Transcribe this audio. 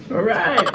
alright!